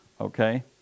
Okay